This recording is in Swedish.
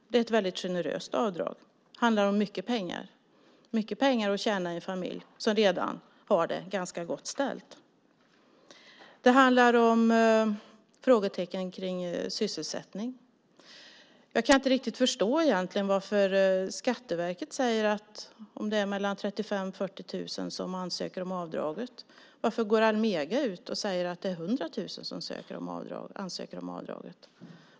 Det är ett mycket generöst avdrag; en familj som redan har det ganska gott ställt kan tjäna mycket pengar på det. Dessutom finns det frågetecken kring sysselsättningen. Skatteverket säger att mellan 35 000 och 40 000 ansöker om avdraget. Då kan jag inte förstå varför Almega går ut och säger att det är 100 000 som ansöker om avdraget.